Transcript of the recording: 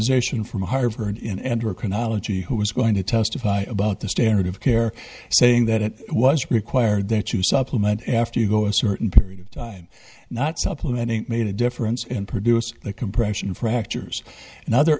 zation from harvard in andhra chronology who was going to testify about the standard of care saying that it was required that you supplement after you go a certain period of time not supplementing made a difference in producing the compression fractures another